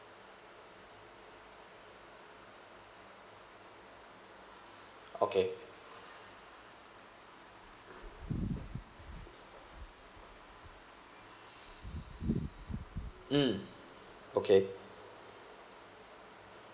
okay mm okay